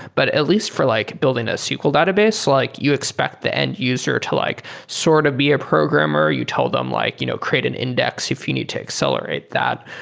but at least for like building a sql database, like you expect the end user to like sort of be a programmer. you tell them like you know create an index if you need to accelerate that.